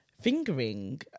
fingering